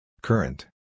Current